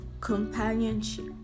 companionship